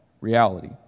reality